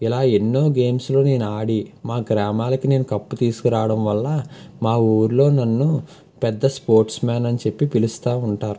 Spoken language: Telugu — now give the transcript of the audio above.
ఇలా ఎన్నో గేమ్స్లో నేను ఆడి మా గ్రామానికి నేను కప్పు తీసుకురావడం వల్ల మా ఊరిలో నన్ను పెద్ద స్పోర్ట్స్ మ్యాన్ అని చెప్పి పిలుస్తూ ఉంటారు